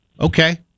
Okay